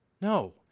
No